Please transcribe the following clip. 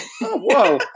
whoa